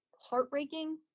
heartbreaking